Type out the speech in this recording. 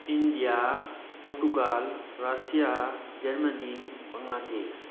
India Portugal Russia Germany Bangladesh